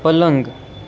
પલંગ